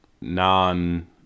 non